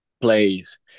plays